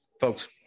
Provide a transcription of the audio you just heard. folks